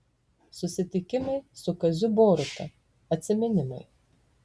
susitikimai su kaziu boruta atsiminimai